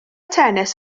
tennis